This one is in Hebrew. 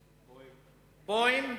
בוים,